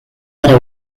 para